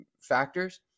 factors